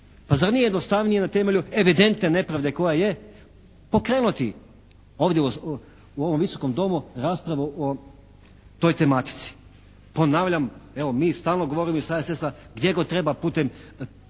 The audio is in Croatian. Pa zar nije jednostavnije na temelju evidentne nepravde koja je pokrenuti ovdje u ovom Visokom domu raspravu o toj tematici. Ponavljam, evo mi stalno govorimo iz HSS-a, gdje god treba putem